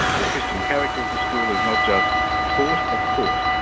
the christian character of the school is not just taught but caught.